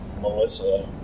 Melissa